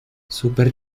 super